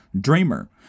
Dreamer